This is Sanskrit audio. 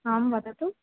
आम् वदतु